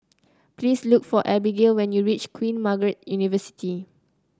please look for Abigail when you reach Queen Margaret University